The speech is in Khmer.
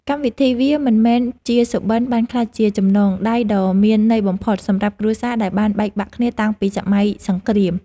កម្មវិធីវាមិនមែនជាសុបិនបានក្លាយជាចំណងដៃដ៏មានន័យបំផុតសម្រាប់គ្រួសារដែលបានបែកបាក់គ្នាតាំងពីសម័យសង្រ្គាម។